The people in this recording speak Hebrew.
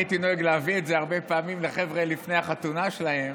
אני הייתי נוהג להביא את זה הרבה פעמים לחבר'ה לפני החתונה שלהם,